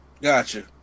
Gotcha